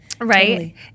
Right